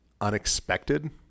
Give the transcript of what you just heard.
unexpected